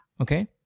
okay